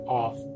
off